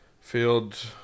Fields